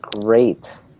great